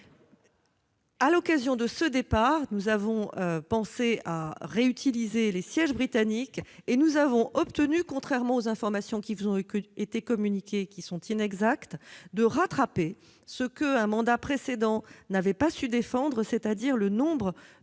À l'occasion de ce départ, nous avons pensé à réaffecter les sièges britanniques. Nous avons obtenu, contrairement aux informations qui vous ont été communiquées et qui sont inexactes, de rattraper ce qu'un mandat précédent n'avait pas su défendre, c'est-à-dire le nombre de